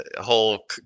Whole